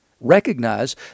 Recognize